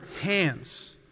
hands